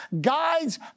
guides